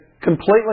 completely